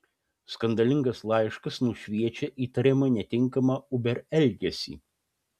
skandalingas laiškas nušviečia įtariamą netinkamą uber elgesį